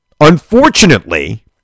unfortunately